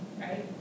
right